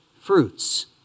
fruits